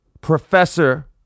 professor